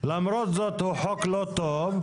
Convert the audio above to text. למרות זאת הוא חוק לא טוב,